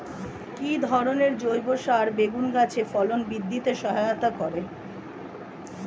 কি ধরনের জৈব সার বেগুন গাছে ফলন বৃদ্ধিতে সহায়তা করে?